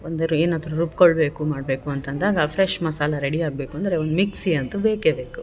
ಒಂದು ಏನಾದರು ರುಬ್ಕೊಳ್ಳಬೇಕು ಮಾಡಬೇಕು ಅಂತಂದಾಗ ಫ್ರೆಶ್ ಮಸಾಲೆ ರೆಡಿ ಆಗಬೇಕು ಅಂದರೆ ಒಂದು ಮಿಕ್ಸಿ ಅಂತೂ ಬೇಕೇ ಬೇಕು